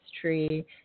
tree